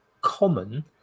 common